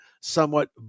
somewhat